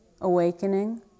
awakening